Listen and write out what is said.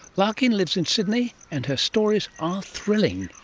larkin lives in sydney and her stories are thrilling,